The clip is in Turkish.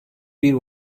bir